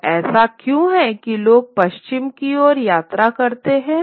तो ऐसा क्यों है कि लोग पश्चिम की ओर यात्रा करते हैं